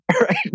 right